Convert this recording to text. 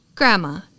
Grandma